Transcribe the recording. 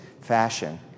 fashion